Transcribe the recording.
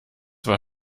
war